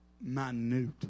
minute